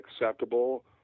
acceptable